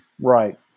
Right